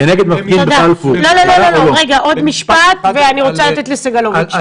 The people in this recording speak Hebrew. עוד משפט ואני רוצה לתת לסגלוביץ'.